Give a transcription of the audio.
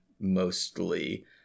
mostly